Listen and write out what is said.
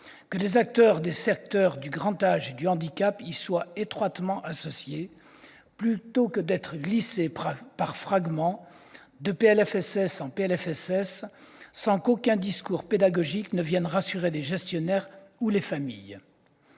les acteurs des secteurs du grand âge et du handicap, plutôt que d'être glissées par fragments, de PLFSS en PLFSS, sans qu'aucun discours pédagogique vienne rassurer les gestionnaires ou les familles.